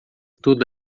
tudo